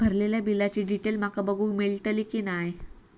भरलेल्या बिलाची डिटेल माका बघूक मेलटली की नाय?